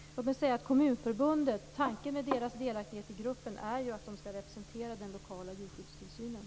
Tanken med Kommunförbundets delaktighet i gruppen är att det skall representera den lokala djurskyddstillsynen.